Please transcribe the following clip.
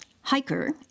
hiker